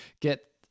get